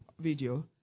video